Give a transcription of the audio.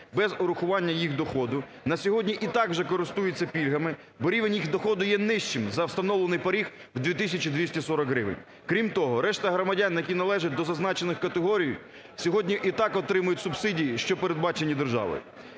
без урахування їх доходу, на сьогодні і так вже користуються пільгами, бо рівень їх доходу є нижчим за встановлений поріг в 2 тисячі 240 гривень. Крім того, решта громадян, які належать до зазначених категорій, сьогодні і так отримують субсидії, що передбачені державою.